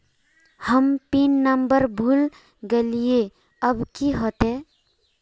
हम pin number भूल गलिऐ अब की होते?